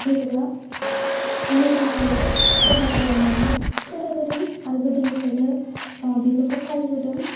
बेगरा मोजां जायो खहा जाया होननानै फोथायबोदों आरो गोदोंनिफ्रायनो बेफोरखौ फालिबोदों